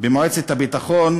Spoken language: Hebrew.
במועצת הביטחון.